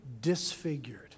disfigured